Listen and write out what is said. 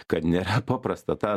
kad ne paprastą tą